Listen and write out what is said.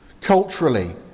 culturally